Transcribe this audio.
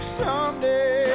someday